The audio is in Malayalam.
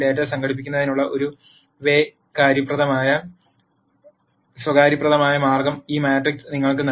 ഈ ഡാറ്റ സംഘടിപ്പിക്കുന്നതിനുള്ള ഒരു സ way കര്യപ്രദമായ മാർഗം ഒരു മാട്രിക്സ് നിങ്ങൾക്ക് നൽകുന്നു